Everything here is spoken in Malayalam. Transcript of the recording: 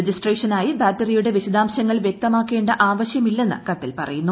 രജിസ്ട്രേഷനായി ബാറ്ററിയുടെ വിശദാംശങ്ങൾ വ്യക്തമാക്കേണ്ട ആവശ്യമില്ലെന്ന് കത്തിൽ പറയുന്നു